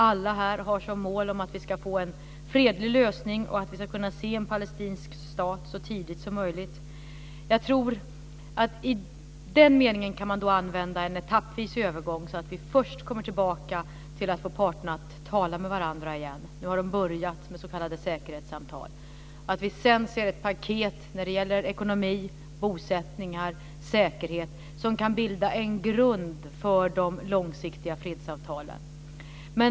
Alla här har som mål att vi ska få en fredlig lösning och att vi ska kunna se en palestinsk stat så tidigt som möjligt. Jag tror att man i den meningen kan använda en etappvis övergång så att vi först kommer tillbaka till att få parterna att tala med varandra igen - nu har de börjat med s.k. säkerhetssamtal - och att vi sedan ser ett paket när det gäller ekonomi, bosättningar och säkerhet som kan bilda en grund för långsiktiga fredsavtal.